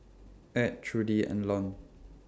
Ed Trudie and Lon